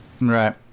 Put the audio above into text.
Right